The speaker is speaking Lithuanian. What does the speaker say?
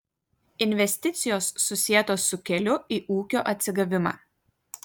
investicijos susietos su keliu į ūkio atsigavimą